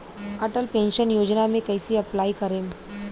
Atal pension योजना मे कैसे अप्लाई करेम?